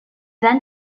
then